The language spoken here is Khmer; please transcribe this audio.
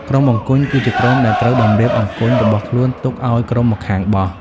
ក្រុមអង្គញ់ គឺជាក្រុមដែលត្រូវតម្រៀបអង្គញ់របស់ខ្លួនទុកឲ្យក្រុមម្ខាងបោះ ។